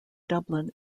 dublin